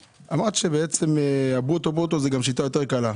אמרה שהברוטו-ברוטו היא גם שיטה יותר קלה.